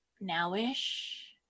now-ish